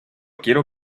quiero